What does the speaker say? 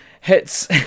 Hits